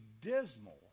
dismal